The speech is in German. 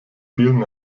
vielen